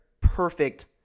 perfect